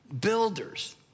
builders